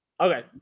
Okay